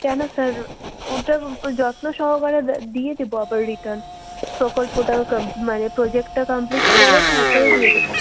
কেন স্যার ওটা যত্ন সহকারে দা দিয়ে দেবো আবার রিটার্ন প্রকল্পটা কাম মানে প্রোজেক্টটা কামপ্লিট করে তারপরে দিয়ে দেবো